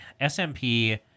SMP